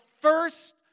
first